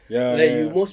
ya ya